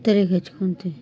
ತಲೆಗೆ ಹಚ್ಕೊತೀವಿ